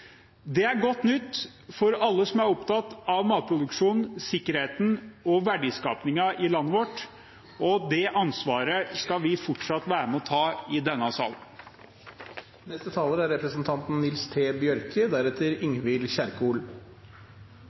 Det er godt nytt for alle som er opptatt av matproduksjonen, sikkerheten og verdiskapingen i landet vårt. Det ansvaret skal vi fortsatt være med og ta i denne salen.